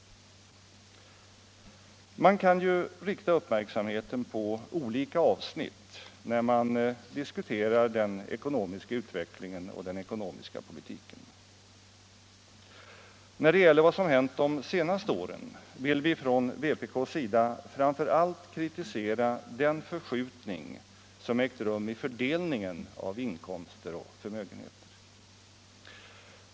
Man kan rikta uppmärksamheten på olika avsnitt när man diskuterar den ekonomiska utvecklingen och den ekonomiska politiken. När det gäller vad som hänt de senaste åren vill vi från vpk:s sida framför allt kritisera den förskjutning som ägt rum i fördelningen av inkomster och förmögenheter.